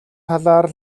талаар